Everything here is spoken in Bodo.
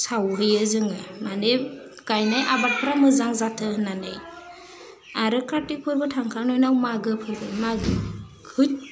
सावहैयो जोङो माने गायनाय आबादफ्रा मोजां जाथों होन्नानै आरो कार्तिक फोरबो थांखांनायनि उनाव मागो फैबाय मागो